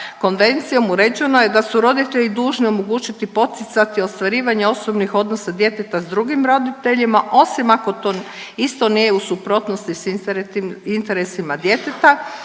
konvencijom uređeno je da su roditelji dužni omogućiti poticati ostvarivanje osobnih odnosa djeteta sa drugim roditeljima osim ako to isto nije u suprotnosti sa interesima djeteta